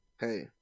Hey